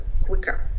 quicker